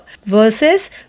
versus